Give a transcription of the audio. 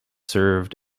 served